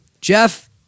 Jeff